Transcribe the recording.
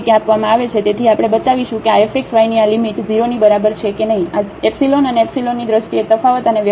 તેથી આપણે બતાવીશું કે આ f xy ની આ લિમિટ 0 ની બરાબર છે કે નહીં આ Δ અને એપ્સીલોનની દ્રષ્ટિએ તફાવત અને વ્યક્ત કરવા